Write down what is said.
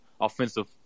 offensive